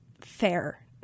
fair